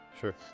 sure